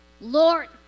lord